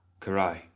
Karai